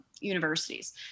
universities